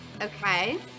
Okay